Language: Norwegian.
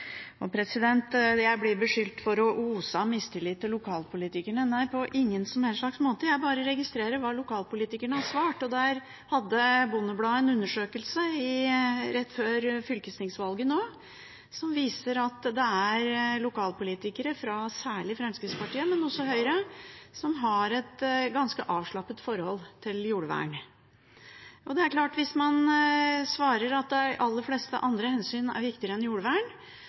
Jeg blir beskyldt for å ose av mistillit til lokalpolitikerne. Nei, på ingen som helst måte; jeg bare registrerer hva lokalpolitikerne har svart. Bondebladet hadde en undersøkelse rett før fylkestingsvalget nå som viser at det er lokalpolitikere særlig fra Fremskrittspartiet, men også fra Høyre, som har et ganske avslappet forhold til jordvern. Det er klart at hvis man svarer at de aller fleste andre hensyn er viktigere enn jordvern,